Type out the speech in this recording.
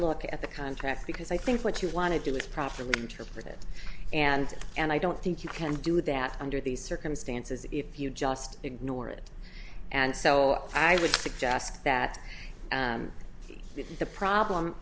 look at the contract because i think what you want to do is properly interpret and and i don't think you can do that under these circumstances if you just ignore it and so i would suggest that the problem